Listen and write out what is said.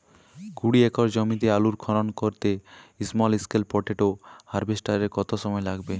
কুড়ি একর জমিতে আলুর খনন করতে স্মল স্কেল পটেটো হারভেস্টারের কত সময় লাগবে?